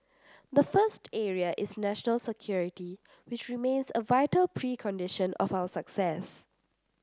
the first area is national security which remains a vital precondition of our success